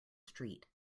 street